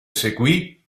seguì